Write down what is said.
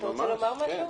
אתה רוצה לומר משהו?